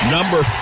Number